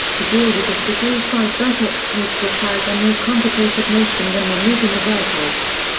to deal with this degree five vertex case requires a more complicated notion than removing a vertex.